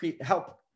help